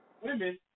women